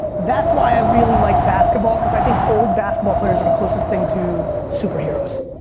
that's why i really like basketball cause i think old basketball players are the closest thing to superheroes.